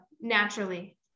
naturally